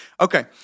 Okay